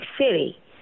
City